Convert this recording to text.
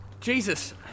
Jesus